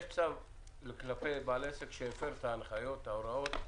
יש צו כלפי בעל עסק שהפר את ההנחיות ואת ההוראות,